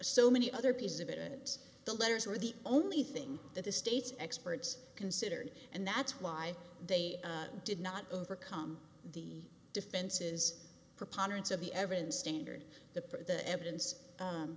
so many other pieces of it the letters were the only thing that the state's experts considered and that's why they did not overcome the defenses preponderance of the evidence standard the the evidence